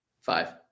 five